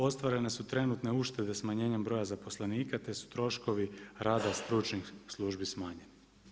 Ostvarene su trenutne uštede smanjenjem broja zaposlenika te su troškovi rada stručnih službi smanjeni.